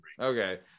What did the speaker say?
Okay